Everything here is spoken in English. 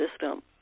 system